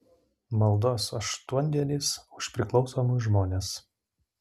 maldos aštuondienis už priklausomus žmones